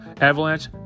Avalanche